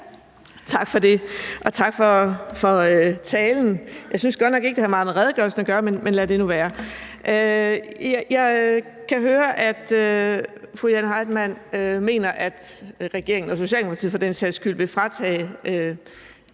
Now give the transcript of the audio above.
Tak for det, og tak for talen. Jeg synes godt nok ikke, det havde meget med redegørelsen at gøre, men lad det nu være. Jeg kan høre, at fru Jane Heitmann mener, at regeringen og Socialdemokratiet for den sags skyld vil fratage